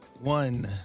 One